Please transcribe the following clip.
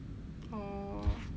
oh